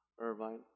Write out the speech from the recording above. Irvine